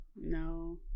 No